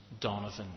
Donovan